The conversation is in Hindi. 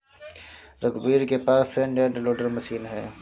रघुवीर के पास फ्रंट एंड लोडर मशीन है